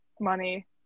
money